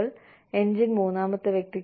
കൂടാതെ എഞ്ചിൻ മൂന്നാം വ്യക്തിക്ക്